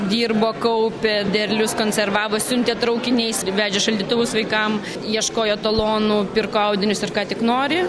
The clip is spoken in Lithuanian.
dirbo kaupė derlius konservavo siuntė traukiniais ir vežė šaldytuvus vaikam ieškojo talonų pirko audinius ir ką tik nori